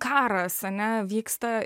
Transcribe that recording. karas ane vyksta